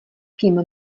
kým